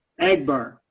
Agbar